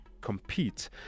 compete